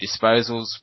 disposals